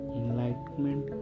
enlightenment